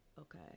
Okay